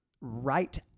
right